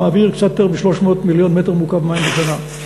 מעביר קצת יותר מ-300 מיליון מ"ק מים בשנה.